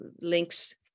links